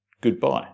Goodbye